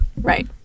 Right